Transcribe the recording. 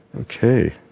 Okay